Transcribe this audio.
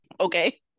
okay